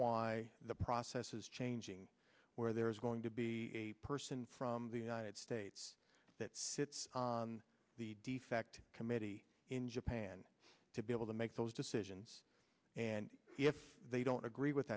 why the process is changing where there is going to be a person from the united states that defect committee in japan to be able to make those decisions and if they don't agree with